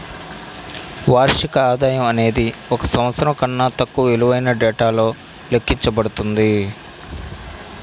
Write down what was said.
వార్షిక ఆదాయం అనేది ఒక సంవత్సరం కన్నా తక్కువ విలువైన డేటాతో లెక్కించబడుతుంది